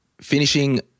Finishing